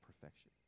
perfection